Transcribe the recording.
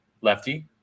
lefty